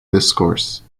discourse